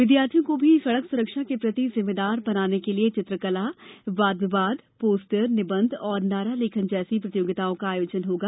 विद्यार्थियों को भी सड़क सुरक्षा के प्रति जिम्मेदार बनाने के लिये चित्रकला वाद विवाद पोस्टर निबंध और नारा लेखन जैसी प्रतियोगिताओं का आयोजन होगा